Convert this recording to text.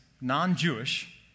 non-Jewish